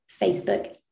Facebook